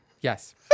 yes